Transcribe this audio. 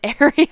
area